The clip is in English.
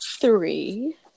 three